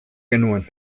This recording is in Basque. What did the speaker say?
genuen